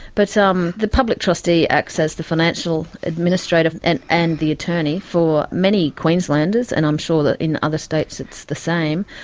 but so um the public trustee accesses the financial administrator and and the attorney for many queenslanders, and i'm sure that in other states it's the same.